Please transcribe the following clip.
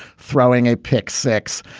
throwing a pick six.